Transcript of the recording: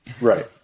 Right